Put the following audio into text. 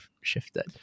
shifted